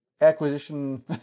acquisition